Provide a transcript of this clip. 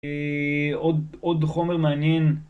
אני... עוד חומר מעניין